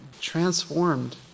transformed